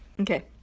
Okay